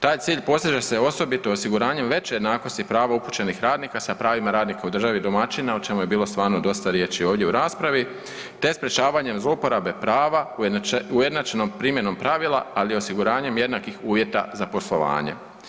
Taj cilj postiže se osobito osiguranjem veće jednakosti prava upućenih radnika sa pravima radnika u državi domaćina, o čemu je bilo stvarno dosta riječi ovdje u raspravi, te sprječavanjem zlouporabe prave ujednačenom primjenom pravila, ali osiguranjem jednakih uvjeta za poslovanje.